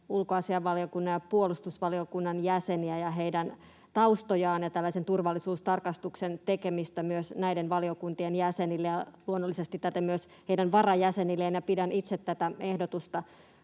ulkoasiainvaliokunnan ja puolustusvaliokunnan jäseniä ja heidän taustojaan ja turvallisuustarkastuksen tekemistä myös näiden valiokuntien jäsenille ja luonnollisesti täten myös heidän varajäsenilleen. Pidän itse tätä ehdotusta